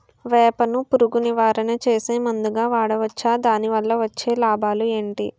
వేప ను పురుగు నివారణ చేసే మందుగా వాడవచ్చా? దాని వల్ల వచ్చే లాభాలు ఏంటి?